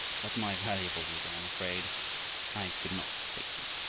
but my valuables i am afraid i could not take them.